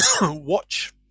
Watch